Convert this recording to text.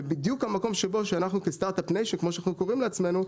ובדיוק המקום שאנחנו כסטארט-אפ ניישן כמו שאנחנו קוראים לעצמנו,